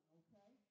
okay